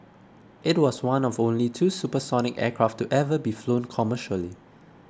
it was one of only two supersonic aircraft to ever be flown commercially